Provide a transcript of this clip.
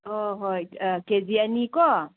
ꯑꯣ ꯍꯣꯏ ꯀꯦ ꯖꯤ ꯑꯅꯤ ꯀꯣ